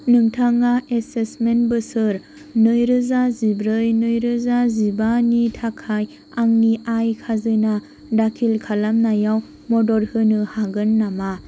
नोंथाङा एसेसमेन्ट बोसोर नैरोजा जिब्रै नैरोजा जिबानि थाखाय आंनि आय खाजोना दाखिल खालामनायाव मदद होनो हागोन नामा